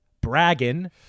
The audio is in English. bragging